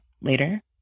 later